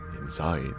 inside